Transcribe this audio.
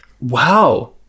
Wow